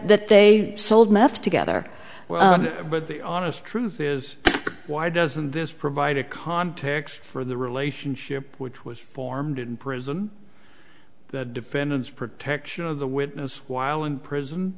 that they sold meth together but the honest truth is why doesn't this provide a context for the relationship which was formed in prison defendant's protection of the witness while in prison